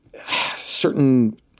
certain